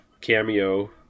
cameo